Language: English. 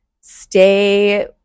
stay